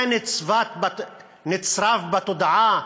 זה נצרב בתודעה